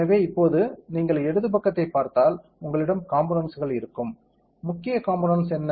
எனவே இப்போது நீங்கள் இடது பக்கத்தைப் பார்த்தால் உங்களிடம் காம்போனென்ட்ஸ் இருக்கும் முக்கிய காம்போனென்ட்ஸ் என்ன